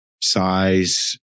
size